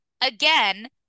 again